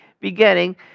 beginning